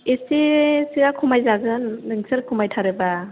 एसेसोया खमायजागोन नोंसोर खमायथारोबा